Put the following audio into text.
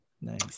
Nice